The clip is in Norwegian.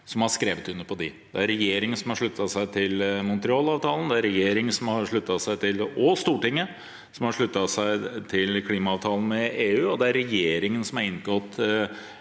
som har skrevet under på dem, det er regjeringen som har sluttet seg til Montrealavtalen, det er regjeringen og Stortinget som har sluttet seg til klimaavtalen med EU, og det er regjeringen som har inngått